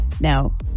Now